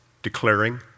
declaring